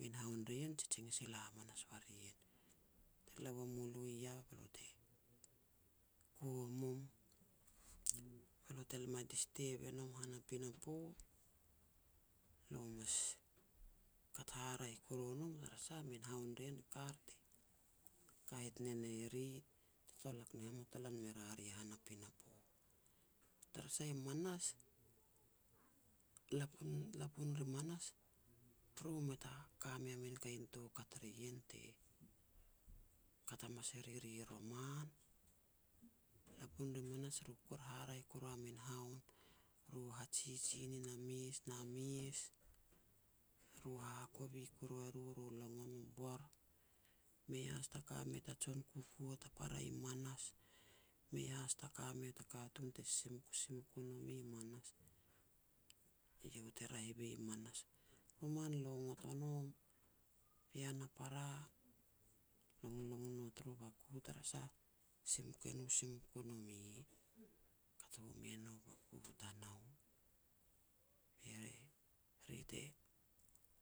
Min haon ri ien jijing sila hamas war ien. Te la ua mulo i yah, be lo te kua mum be lo teme disturb e nom han a pinapo, lo mas kat haraeh kuru nom, tara sah min haon ri ien, kar te kahet ne ne ri te tolak ni hamatolan me ria ri han a pinapo. Tara sah i manas lapun-lapun ri manas, ru mei taka mea kain toukat ri ien, te kat hamas e riri roman. Lapun ri manas ru kuer haraeh koru a min haon, ru hajiji nin a mes na mes, ru haha kovi koru e ru, ru longon u bor. Mei has ta ka mea ta jon kukua ta para i manas, mei has ta ka mea ta katun te simuk simuk u nomi i manas. Eiau te raeh boi i manas. Roman lo ngot o nom, pean a para longlong na taru baku tara sah simuk e no simuk u nome. Kat home nu baku tanou, be ri te